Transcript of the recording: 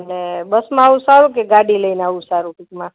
અને બસમાં આવું સારું કે ગાડી લઈને આવું સારું ટૂંકમાં